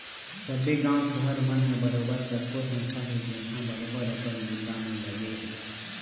सब्बे गाँव, सहर मन म बरोबर कतको संस्था हे जेनहा बरोबर अपन बूता म लगे हे